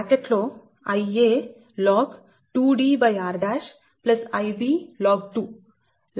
బ్రాకెట్లో Ia log2DrIb log ʎa యొక్క వ్యక్తీకరణ